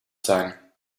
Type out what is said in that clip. sein